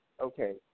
okay